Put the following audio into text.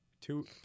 Two